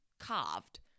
carved